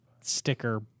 sticker